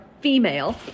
female